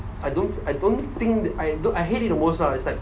I don't I don't think I don't I hate it the most lah it's like